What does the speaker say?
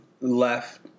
left